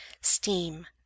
steam